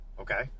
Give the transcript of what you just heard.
Okay